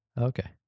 Okay